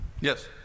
Yes